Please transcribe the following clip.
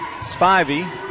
Spivey